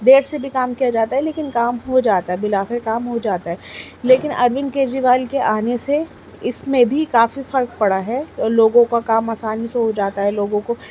دیر سے بھی کام کیا جاتا ہے لیکن کام ہو جاتا ہے بالآخر کام ہو جاتا ہے لیکن اروند کیجریوال کے آنے سے اس میں بھی کافی فرق پڑا ہے اور لوگوں کا کام آسانی سے ہو جاتا ہے لوگوں کو